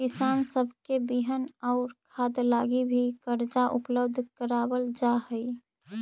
किसान सब के बिहन आउ खाद लागी भी कर्जा उपलब्ध कराबल जा हई